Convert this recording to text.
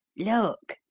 look,